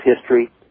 history